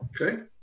Okay